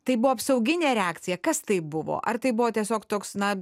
tai buvo apsauginė reakcija kas tai buvo ar tai buvo tiesiog toks na